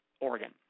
Oregon